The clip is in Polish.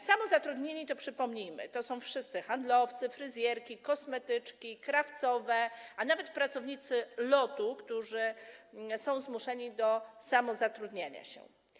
Samozatrudnieni to, przypomnijmy, są wszyscy handlowcy, fryzjerki, kosmetyczki, krawcowe, a nawet pracownicy LOT, którzy są zmuszeni do samozatrudniania się.